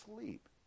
sleep